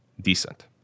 decent